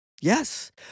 Yes